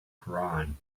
koran